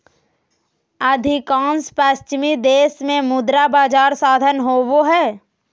अधिकांश पश्चिमी देश में मुद्रा बजार साधन होबा हइ